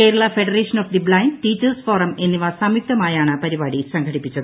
Kerala federation of the blind teachers forum എന്നിവ സംയുക്തമായാണ് പരിപാടി സംഘടിപ്പിച്ചത്